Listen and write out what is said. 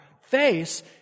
face